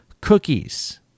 Cookies